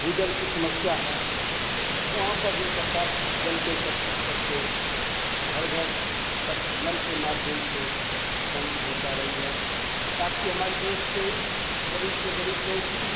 भूजल की समस्या है वहाँ पर भी सरकार जल को एकत्रित करके घर घर तक नल के माध्यम से पानी पहुँचा रही है ताकि हमारे देश के गरीब से गरीब लोग भी